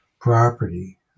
property